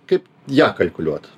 kaip ją kalkuliuot